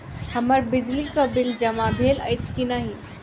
हम्मर बिजली कऽ बिल जमा भेल अछि की नहि?